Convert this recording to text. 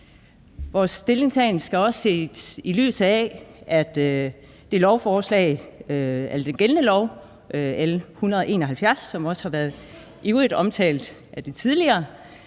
Vores stillingtagen skal også ses i lyset af, at den lov, som også har været flittigt omtalt af de forrige